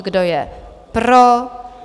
Kdo je pro?